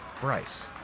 Bryce